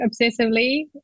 obsessively